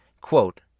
quote